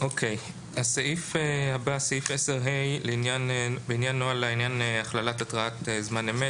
הסעיף הבא, סעיף 10ה לעניין הכללת התראת זמן אמת.